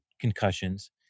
concussions